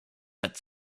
that